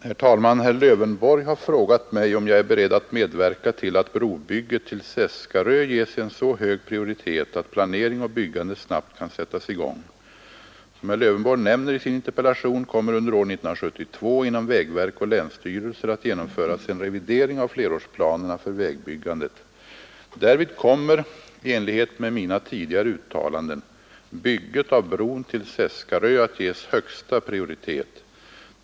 Herr talman! Herr Lövenborg har frågat mig om jag är beredd att medverka till att brobygget till Seskarö ges en så hög prioritet, att planering och byggande snabbt kan sättas i gång. Som herr Lövenborg nämner i sin interpellation kommer under år 1972 inom vägverk och länsstyrelser att genomföras en revidering av flerårsplanerna för vägbyggandet. Därvid kommer — i enlighet med mina tidigare uttalanden — bygget av bron till Seskarö att ges högsta prioritet.